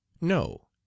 no